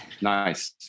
Nice